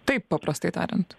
taip paprastai tariant